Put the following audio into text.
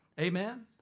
amen